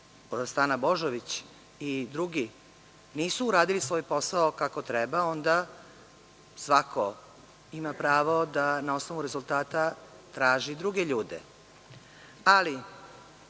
Stana Božović i drugi, nisu uradili svoj posao kako treba onda svako ima pravo da na osnovu rezultata traži druge ljude. Ali,